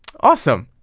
awesome!